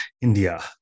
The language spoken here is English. India